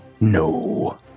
No